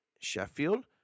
Sheffield